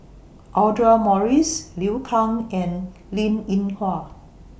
Audra Morrice Liu Kang and Linn in Hua